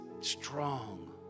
strong